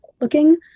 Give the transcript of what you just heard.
looking